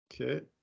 Okay